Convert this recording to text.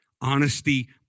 Honesty